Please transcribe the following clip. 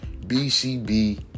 BCB